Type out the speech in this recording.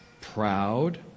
proud